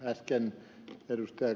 äsken ed